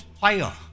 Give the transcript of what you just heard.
fire